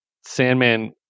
Sandman